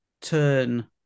turn